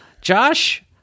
Josh